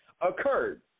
occurred